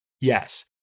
Yes